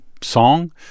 song